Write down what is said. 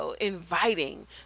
inviting